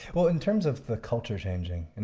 but in terms of the culture changing, and